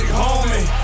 homie